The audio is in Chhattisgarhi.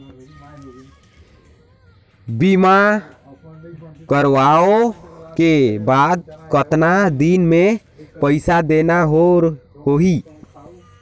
बीमा करवाओ के बाद कतना दिन मे पइसा देना हो ही?